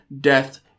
death